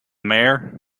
mayor